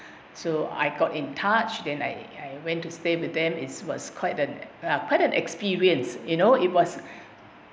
so I got in touch then I I went to stay with them it's was quite uh quite an experience you know it was